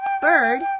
Bird